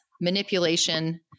manipulation